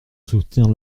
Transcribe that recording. soutenir